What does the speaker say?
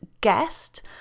guest